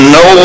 no